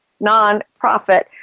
nonprofit